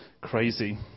crazy